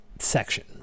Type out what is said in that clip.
section